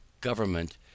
government